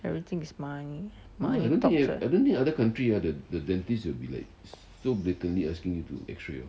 everything is money money talks eh